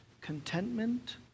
contentment